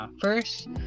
first